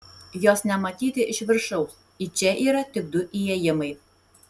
jos nematyti iš viršaus į čia yra tik du įėjimai